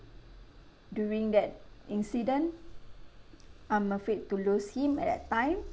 during that incident I'm afraid to lose him at that time